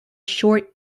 short